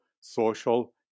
social